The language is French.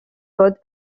code